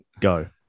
Go